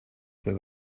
that